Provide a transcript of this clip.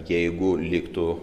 jeigu liktų